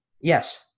Yes